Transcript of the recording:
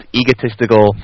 egotistical